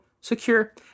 secure